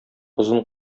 озын